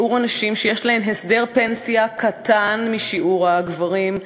שיעור הנשים שיש להן הסדר פנסיה קטן משיעור הגברים,